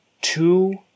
Two